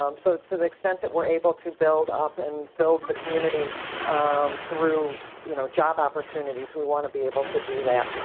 um so to the extent that we're able to build up and build the community through, you know job opportunities, we want to be able to do that.